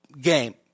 game